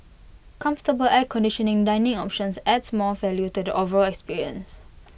comfortable air conditioning dining options adds more value to the overall experience